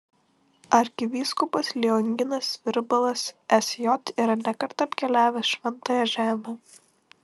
arkivyskupas lionginas virbalas sj yra ne kartą apkeliavęs šventąją žemę